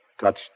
touched